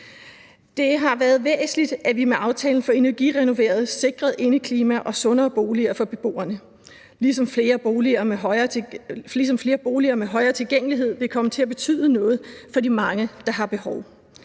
Det har været væsentligt, at vi med aftalen for energirenovering sikrede indeklima og sundere boliger for beboerne, ligesom flere boliger med højere tilgængelighed vil komme til at betyde noget for de mange, der har behov